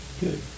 good